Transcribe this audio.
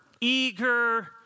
eager